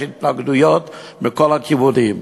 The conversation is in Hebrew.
יש התנגדויות מכל הכיוונים,